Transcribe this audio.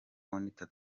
monitor